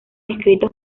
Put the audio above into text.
escritos